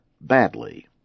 badly